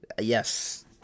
Yes